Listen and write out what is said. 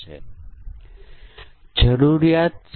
હવે ચાલો બીજું એક ઉદાહરણ જોઈએ